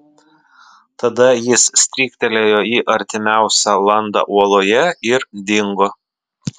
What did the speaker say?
tada jis stryktelėjo į artimiausią landą uoloje ir dingo